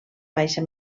baixa